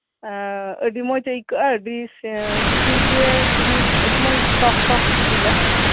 ᱦᱮᱸ ᱟᱹᱰᱤ ᱢᱚᱸᱡ ᱟᱹᱭᱠᱟᱹᱜᱼᱟ ᱟᱹᱰᱤ ᱥᱤᱵᱤᱞ ᱜᱮ ᱟᱹᱰᱤ ᱢᱚᱸᱡ ᱴᱚᱠ ᱴᱚᱠ ᱥᱤᱵᱤᱞᱟ